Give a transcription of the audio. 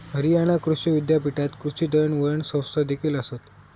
हरियाणा कृषी विद्यापीठात कृषी दळणवळण संस्थादेखील आसत